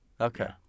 Okay